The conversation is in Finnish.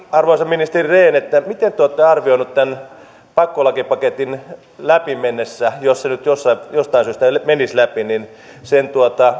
arvoisa ministeri rehn miten te olette arvioinut tämän pakkolakipaketin läpi mennessä jos se nyt jostain syystä menisi läpi sen